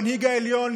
המנהיג העליון,